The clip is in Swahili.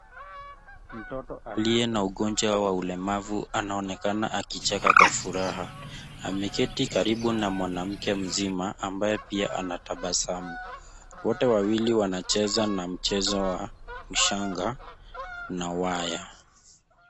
Mtoto aliye na ugonjwa wa ulemavu anaonekana akicheka kwa furaha. Ameketi karibu na mwanamke mzima, ambaye pia anatabasamu. Wote wawili wanacheza na mchezo wa ushanga na waya.